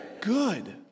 good